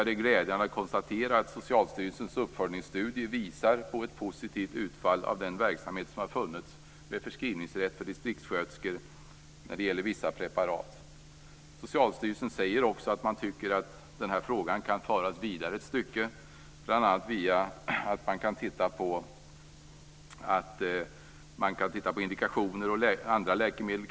Det är glädjande att kunna konstatera att Socialstyrelsens uppföljningsstudie visar på ett positivt utfall av den verksamhet som har funnits med förskrivningsrätt för distriktssköterskor när det gäller vissa preparat. Socialstyrelsen tycker att frågan kan föras vidare ett stycke, bl.a. via studier av indikationer och kanske av andra läkemedel.